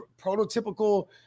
prototypical